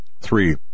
Three